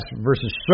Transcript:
versus